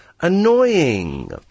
annoying